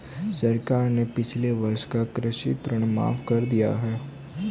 सरकार ने पिछले वर्ष का कृषि ऋण माफ़ कर दिया है